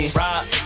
rock